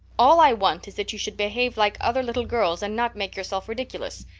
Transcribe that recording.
all i want is that you should behave like other little girls and not make yourself ridiculous.